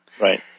right